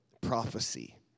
prophecy